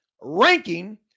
ranking